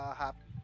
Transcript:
happy